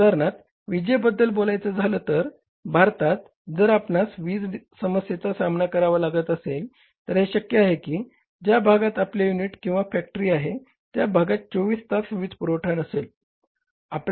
उदाहरणार्थ विजेबद्दल बोलायचं झाल तर भारतात जर आपणास वीज समस्येचा सामना करावा लागत असेल तर हे शक्य आहे की ज्या भागात आपले युनिट किंवा फॅक्टरी आहे त्या भागात 24 तास वीजपुरवठा नसेल